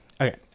Okay